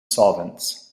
solvents